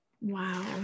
wow